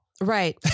right